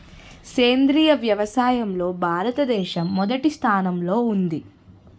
సేంద్రీయ వ్యవసాయంలో భారతదేశం మొదటి స్థానంలో ఉంది